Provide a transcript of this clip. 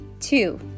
two